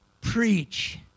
preach